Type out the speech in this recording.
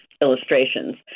illustrations